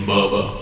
Bubba